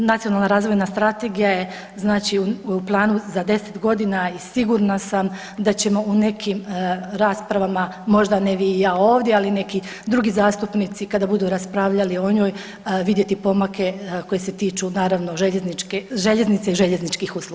A nacionalna razvojna strategija je u planu za deset godina i sigurna sam da ćemo u nekim raspravama, možda ne vi i ja ovdje, ali neki drugi zastupnici kada budu raspravljali o njoj vidjeti pomake koji se tiču naravno željeznice i željezničkih usluga.